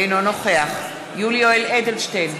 אינו נוכח יולי יואל אדלשטיין,